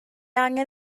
angen